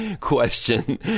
Question